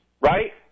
right